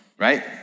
Right